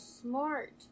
smart